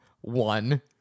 One